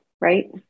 right